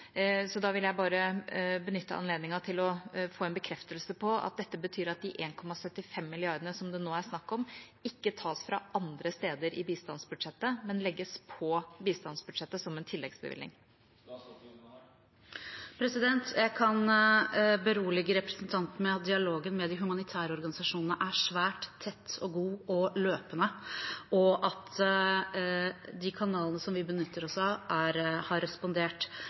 Så da vil jeg bare benytte anledningen til å få en bekreftelse på at dette betyr at de 1,75 mrd. kr som det nå er snakk om, ikke tas fra andre steder i bistandsbudsjettet, men legges på bistandsbudsjettet som en tilleggsbevilgning. Jeg kan berolige representanten med at dialogen med de humanitære organisasjonene er svært tett og god og løpende, og at de kanalene som vi benytter oss av, har respondert